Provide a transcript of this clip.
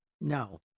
No